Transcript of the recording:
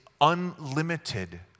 unlimited